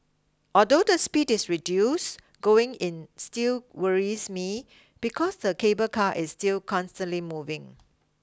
although the speed is reduced going in still worries me because the cable car is still constantly moving